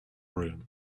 room